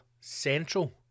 central